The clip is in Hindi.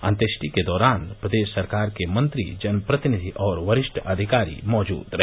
अन्येष्टि के दौरान प्रदेश सरकार के मंत्री जनप्रतिनिधि और वरिष्ठ अधिकारी मौजूद रहे